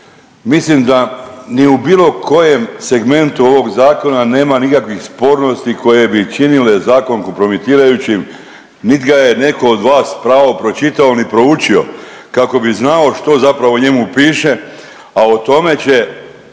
Mislim da ni u bilo kojem segmentu ovog zakona nema nikakvih spornosti koje bi činile zakon kompromitirajućim, nit ga je neko od vas pravo pročitao, ni proučio kako bi znao što zapravo u njemu piše, a o tome će